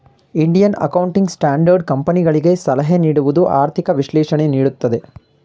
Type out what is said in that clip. Indian accounting standard ಕಂಪನಿಗಳಿಗೆ ಸಲಹೆ ನೀಡುವುದು, ಆರ್ಥಿಕ ವಿಶ್ಲೇಷಣೆ ನೀಡುತ್ತದೆ